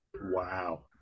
Wow